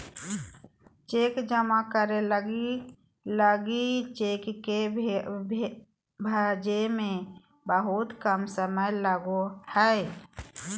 cheque जमा करे लगी लगी चेक के भंजे में बहुत कम समय लगो हइ